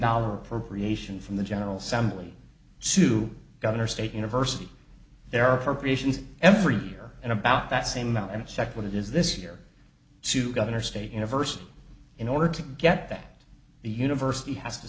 dollar appropriation from the general somebody to governor state university their appropriations every year and about that same amount and check what it is this year to governor state university in order to get that the university has to